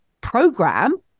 program